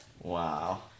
Wow